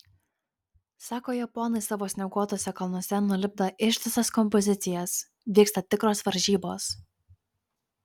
sako japonai savo snieguotuose kalnuose nulipdą ištisas kompozicijas vyksta tikros varžybos